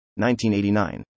1989